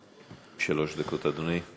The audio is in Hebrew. שלוש דקות, אדוני.